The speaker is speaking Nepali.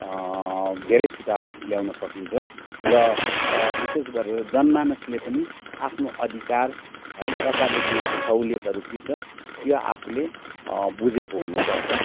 धेरै सुधार ल्याउन सकिन्छ र विशेष गरेर जनमानसले पनि आफ्नो अधिकार है सरकारले दिएको सहुलियतहरू के छ त्यो आफूले बुझेको हुनुपर्छ